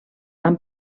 amb